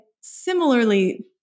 similarly